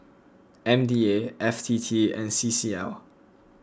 M D A F T T and C C L